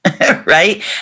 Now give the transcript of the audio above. Right